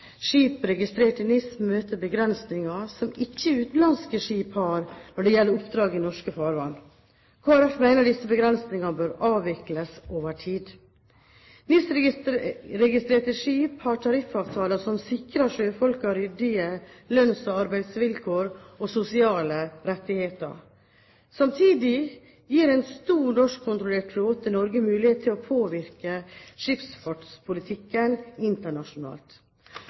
Skip registrert i NIS møter begrensninger som utenlandske skip ikke har når det gjelder oppdrag i norske farvann. Kristelig Folkeparti mener disse begrensningene bør avvikles over tid. NIS-registrerte skip har tariffavtaler som sikrer sjøfolkene ryddige lønns- og arbeidsvilkår og sosiale rettigheter. Samtidig gir en stor norskkontrollert flåte Norge mulighet til å påvirke skipsfartspolitikken internasjonalt.